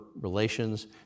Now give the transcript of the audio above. relations